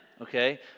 okay